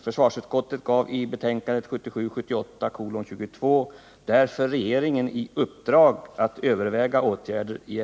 Försvarsutskottet gav därför i betänkandet 1977/78:22 regeringen i uppdrag att överväga åtgärder i